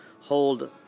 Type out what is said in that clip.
hold